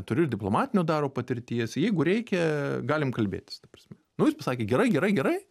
turiu ir diplomatinio darbo patirties jeigu reikia galim kalbėtis ta prasme nu jis pasakė gerai gerai gerai